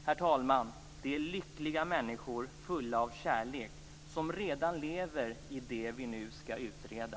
Herr talman! Det är lyckliga människor fulla av kärlek som redan lever i det som vi nu skall utreda.